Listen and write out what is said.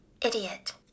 idiot